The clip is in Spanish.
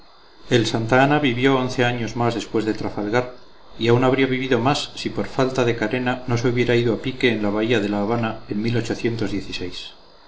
el santa ana vivió once años más después de trafalgar y aún habría vivido más si por falta de carena no se hubiera ido a pique en la bahía de la habana en